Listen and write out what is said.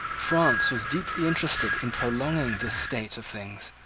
france was deeply interested in prolonging this state of things.